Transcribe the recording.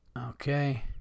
Okay